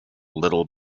little